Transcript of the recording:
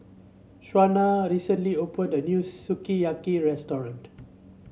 Shawna recently opened a new Sukiyaki Restaurant